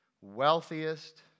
wealthiest